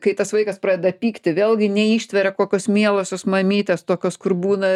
kai tas vaikas pradeda pykti vėlgi neištveria kokios mielosios mamytės tokios kur būna